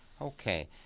Okay